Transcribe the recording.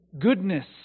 goodness